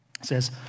says